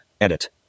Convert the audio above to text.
Edit